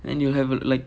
then you'll have like